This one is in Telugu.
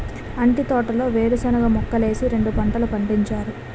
అంటి తోటలో వేరుశనగ మొక్కలేసి రెండు పంటలు పండించారు